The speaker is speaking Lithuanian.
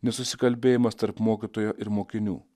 nesusikalbėjimas tarp mokytojo ir mokinių